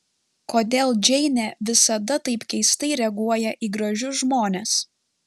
kodėl džeinė visada taip keistai reaguoja į gražius žmones